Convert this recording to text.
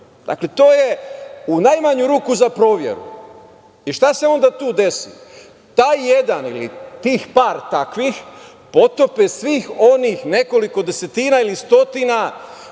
To je u najmanju ruku za proveru. Šta se onda tu desi? Taj jedan ili par takvih potope svih onih nekoliko desetina ili stotina